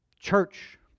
Church